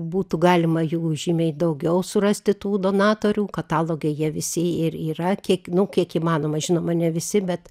būtų galima jų žymiai daugiau surasti tų donatorių kataloge jie visi ir yra kiek nu kiek įmanoma žinoma ne visi bet